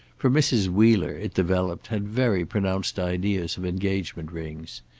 for mrs. wheeler, it developed, had very pronounced ideas of engagement rings.